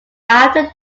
after